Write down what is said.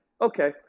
okay